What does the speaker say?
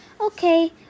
okay